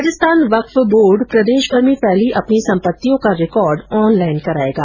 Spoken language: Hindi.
राजस्थान वक्फ बोर्ड प्रदेश भर में फैली अपनी संपत्तियों का रिकॉर्ड ऑनलाइन कराएगा